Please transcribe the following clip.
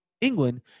England